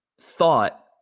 thought